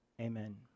Amen